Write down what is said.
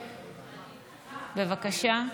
בבקשה.